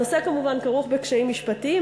הנושא כרוך כמובן בקשיים משפטיים,